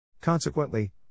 Consequently